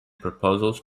proposals